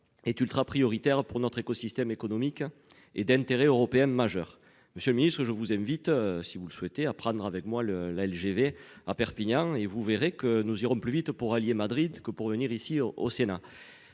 Est ultra prioritaire pour notre écosystème économique et d'intérêt européenne majeure. Monsieur le ministre, je vous invite si vous le souhaitez, à prendre avec moi le, la LGV à Perpignan et vous verrez que nous irons plus vite pour rallier Madrid que pour venir ici au Sénat.